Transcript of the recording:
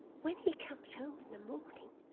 when he comes home in the morning,